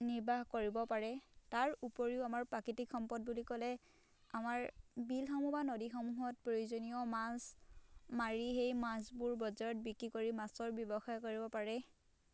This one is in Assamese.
নিৰ্বাহ কৰিব পাৰে তাৰ উপৰিও আমাৰ প্ৰাকৃতিক সম্পদ বুলি ক'লে আমাৰ বিলসমূহ বা নদীসমূহত প্ৰয়োজনীয় মাছ মাৰি সেই মাছবোৰ বজাৰত বিক্ৰী কৰি মাছৰ ব্যৱসায় কৰিব পাৰে